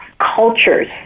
cultures